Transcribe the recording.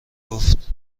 گفت